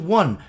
one